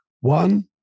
One